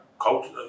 culture